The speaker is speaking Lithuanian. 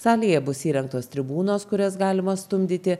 salėje bus įrengtos tribūnos kurias galima stumdyti